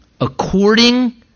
according